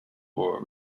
for